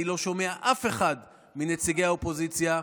אני לא שומע אף אחד מנציגי האופוזיציה,